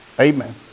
Amen